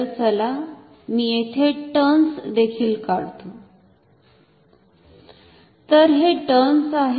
तर चला मी येथे टर्न्स देखील काढतो तर हे टर्न्स आहेत